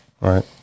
right